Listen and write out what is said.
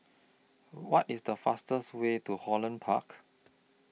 What IS The fastest Way to Holland Park